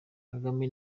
kagame